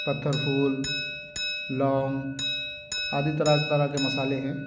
पत्थर फूल लौंग आदि तरह तरह के मसाले हैं